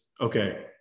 okay